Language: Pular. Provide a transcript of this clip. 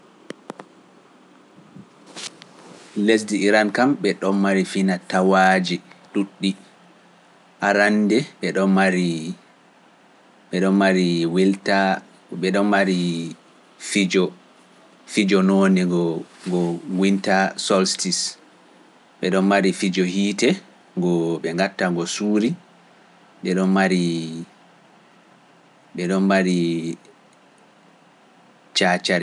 Lesdi Iran kam ɓe ɗon mari finatawaaji ɗuuɗɗi. Arannde ɓe ɗon mari welta, ɓe ɗon mari fijo, fijo noon ngo ngo winta solstice, ɓe ɗon mari fijo hiite ɓe ŋgatta ngo suuri, ɓe ɗon mari caacari.